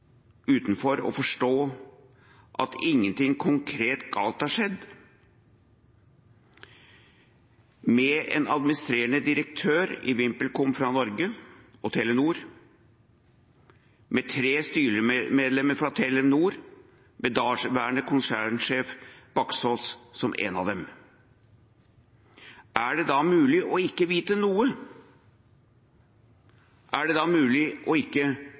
utenfor å forstå at ingenting konkret galt har skjedd, med en administrerende direktør i VimpelCom fra Norge og Telenor og med tre styremedlemmer fra Telenor, med daværende konsernsjef Baksaas som en av dem. Er det da mulig ikke å vite noe? Er det da mulig ikke å